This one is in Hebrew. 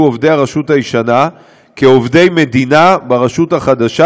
עובדי הרשות הישנה כעובדי מדינה ברשות החדשה,